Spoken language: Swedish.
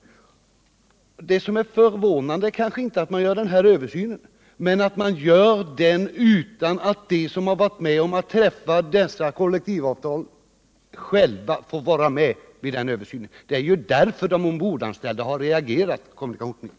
Det som är förvånande är kanske inte att man gör den här översynen, utan att man gör den utan att de som varit med om att sluta dessa kollektivavtal själva får vara med vid den översynen. Det är därför de ombordanställda har reagerat, herr kommunikationsminister.